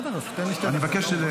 יפעת, אני לא מדבר ------ אני מבקש לסכם.